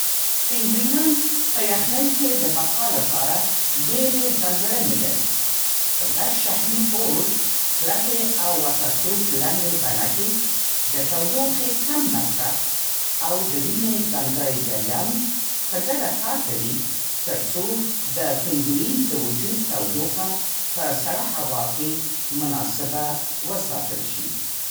پینګوینان په یخني کې د بقا لپاره ډېرې ځانګړنې لري. غټ شحمي پوړ، کلکې او واټرپروف لنډې بڼکې، د تودوخې کم مصرف او د وینې ځانګړی جریان په ګډه کار کوي څو د پینګووین د وجود تودوخه په سړه هوا کې مناسبه وساتل شي.